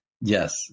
Yes